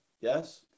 yes